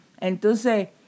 Entonces